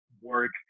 work